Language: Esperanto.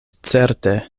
certe